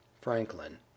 Franklin